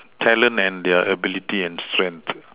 talent and their ability and strength